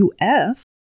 UF